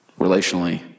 relationally